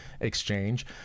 exchange